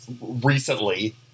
recently